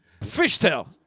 Fishtail